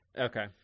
Okay